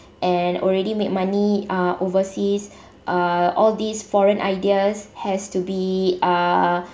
and already made money uh overseas uh all these foreign ideas has to be uh uh